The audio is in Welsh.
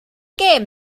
gêm